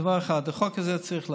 דבר אחד: החוק הזה צריך לעבור.